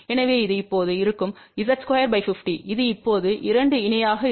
எனவே இது இப்போது இருக்கும் Z250 இது இப்போது 2 இணையாக இருக்கும்